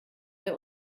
der